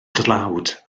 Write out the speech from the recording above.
dlawd